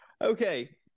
Okay